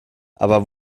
aber